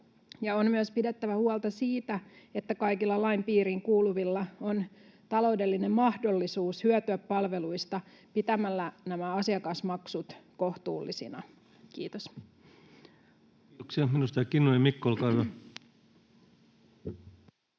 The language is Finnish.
On myös pidettävä huolta siitä, että kaikilla lain piiriin kuuluvilla on taloudellinen mahdollisuus hyötyä palveluista pitämällä asiakasmaksut kohtuullisina. — Kiitos. [Speech